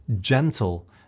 gentle